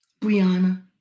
Brianna